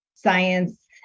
science